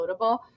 downloadable